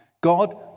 God